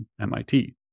MIT